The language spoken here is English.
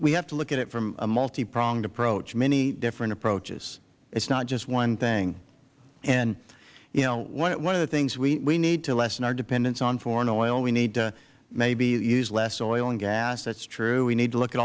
we have to look at it from a multi pronged approach many different approaches it is not just one thing and you know one of the things we need to lessen our dependence on foreign oil we need to maybe use less oil and gas that is true we need to look at